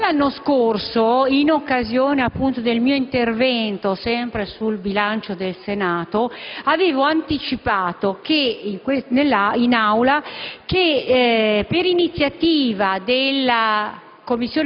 Già l'anno scorso, in occasione del mio intervento sempre sul bilancio interno del Senato, avevo anticipato in Aula che, per iniziativa della